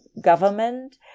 government